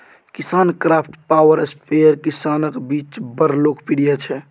KisanKraft power sprayer किसानक बीच बड़ लोकप्रिय छै